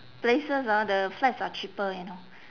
places ah the flats are cheaper you know